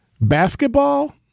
Basketball